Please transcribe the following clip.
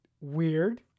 weird